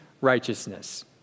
righteousness